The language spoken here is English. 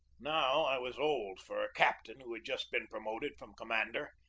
now i was old for a captain who had just been promoted from commander,